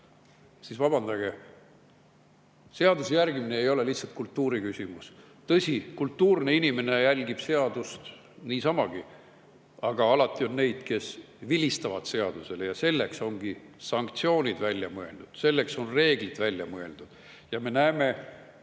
siis vabandage, seaduse järgimine ei ole lihtsalt kultuuri küsimus. Tõsi, kultuurne inimene järgib seadust niisamagi, aga alati on neid, kes vilistavad seadusele. Selleks ongi sanktsioonid välja mõeldud, selleks on reeglid välja mõeldud. Ja me näeme,